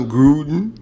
Gruden